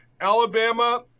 Alabama